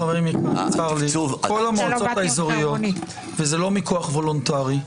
כל המועצות האזוריות, וזה לא מכוח וולונטרי,